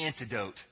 antidote